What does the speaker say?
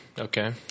Okay